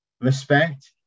respect